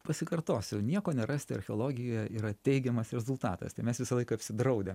pasikartosiu nieko nerasti archeologijoje yra teigiamas rezultatas tai mes visąlaik apsidraudę